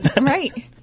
Right